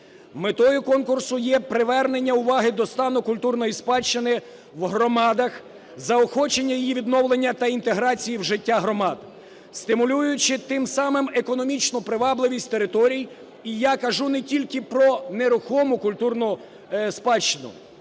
Метою конкурсу є привернення уваги до стану культурної спадщини в громадах, заохочення, її відновлення та інтеграції в життя громад, стимулюючи тим самим економічну привабливість територій, і я кажу не тільки про нерухому культурну спадщину.